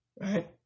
right